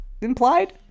implied